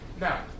Now